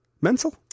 Mental